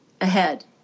ahead